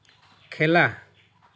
খেলা